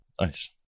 Nice